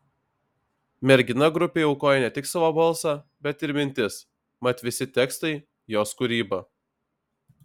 mergina grupei aukoja ne tik savo balsą bet ir mintis mat visi tekstai jos kūryba